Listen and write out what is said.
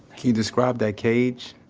you describe that cage,